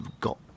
got